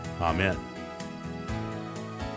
Amen